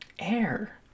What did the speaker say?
Air